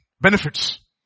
benefits